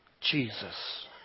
Jesus